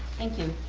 thank you,